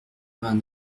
vingt